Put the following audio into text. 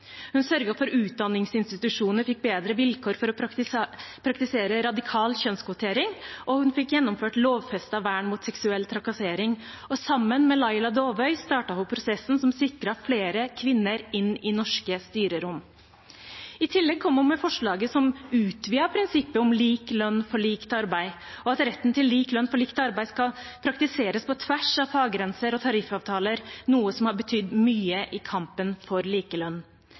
Hun sørget for at utdanningsinstitusjoner fikk bedre vilkår for å praktisere radikal kjønnskvotering, og hun fikk gjennomført lovfestet vern mot seksuell trakassering. Sammen med Laila Dåvøy startet hun prosessen som sikret flere kvinner i norske styrerom. I tillegg kom hun med forslaget som utvidet prinsippet om lik lønn for likt arbeid, og at retten til lik lønn for likt arbeid skal praktiseres på tvers av faggrenser og tariffavtaler, noe som har betydd mye i kampen for likelønn.